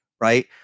right